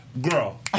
girl